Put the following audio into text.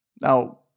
Now